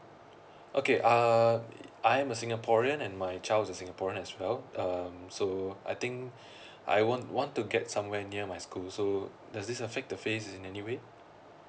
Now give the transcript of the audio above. okay uh I'm a singaporean and my child in a singaporean as well um so I think I want want to get somewhere near my school so does this affect the phases in anyway